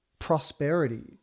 prosperity